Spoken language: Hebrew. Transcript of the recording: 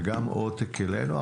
וגם עותק אלינו.